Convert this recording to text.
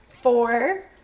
four